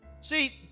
See